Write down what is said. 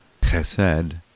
Chesed